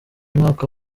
mwaka